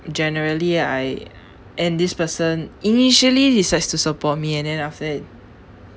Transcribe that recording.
generally I and this person initially decides to support me and then after that